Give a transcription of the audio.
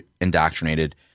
indoctrinated